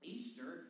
Easter